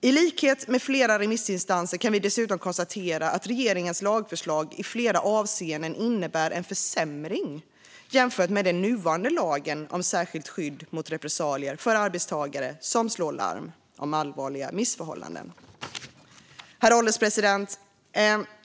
I likhet med flera remissinstanser kan vi dessutom konstatera att regeringens lagförslag i flera avseenden innebär en försämring jämfört med den nuvarande lagen om särskilt skydd mot repressalier för arbetstagare som slår larm om allvarliga missförhållanden. Herr ålderspresident!